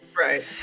right